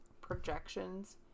Projections